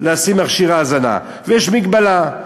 לשים מכשיר האזנה; יש מגבלה.